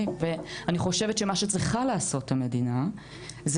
אני חושבת שמה שצריכה לעשות המדינה זה